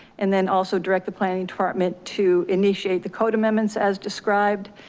and then also direct the planning department to initiate the code amendments as described.